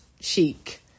chic